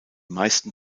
meisten